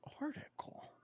article